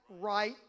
right